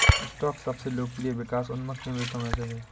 stock सबसे लोकप्रिय विकास उन्मुख निवेशों में से है